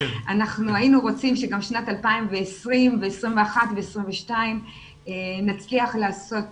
אנחנו היינו רוצים שגם שנת 2020 ו-2021 ו-2022 נצליח לעשות